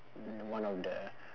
one of the